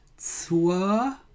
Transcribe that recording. zur